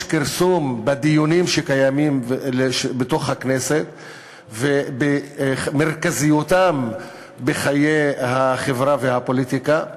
יש כרסום בדיונים שקיימים בתוך הכנסת ובמרכזיותם בחיי החברה והפוליטיקה.